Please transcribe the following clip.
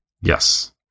Yes